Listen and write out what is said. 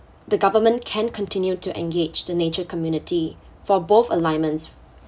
the government can continue to engage the nature community for both alignments